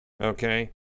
Okay